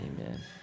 amen